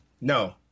no